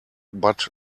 but